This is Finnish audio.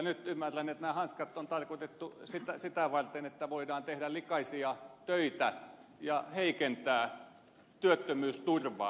nyt ymmärrän että nämä hanskat on tarkoitettu sitä varten että voidaan tehdä likaisia töitä ja heikentää työttömyysturvaa